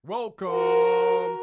Welcome